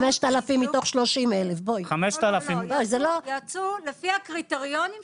5,000 מתוך 30,000. הם יצאו לפי הקריטריונים שהוחלטו.